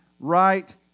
right